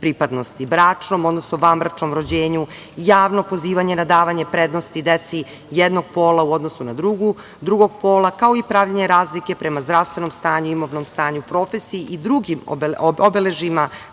pripadnosti, bračnom, odnosno vanbračnom rođenju, javno pozivanje na davanje prednosti deci jednog pola u odnosu na drugog pola, kao i pravljenje razlike prema zdravstvenom stanju, imovnom stanju, profesiji i drugim obeležijima